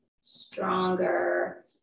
stronger